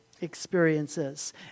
experiences